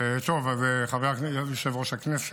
אדוני יושב-ראש הכנסת,